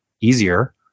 easier